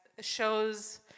shows